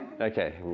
Okay